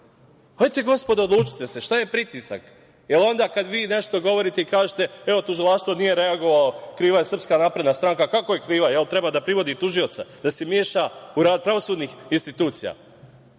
Hajde, gospodo, odlučite se, šta je pritisak? Jel onda kad vi nešto govorite i kažete da tužilaštvo nije reagovalo, da je kriva SNS? Kako je kriva? Jel treba da privodi tužioca, da se meša u rad pravosudnih institucija?